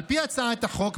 על פי הצעת החוק,